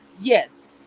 yes